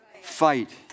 fight